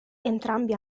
entrambi